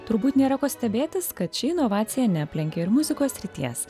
turbūt nėra ko stebėtis kad ši inovacija neaplenkė ir muzikos srities